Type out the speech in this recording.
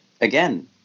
again